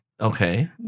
Okay